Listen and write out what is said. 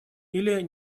или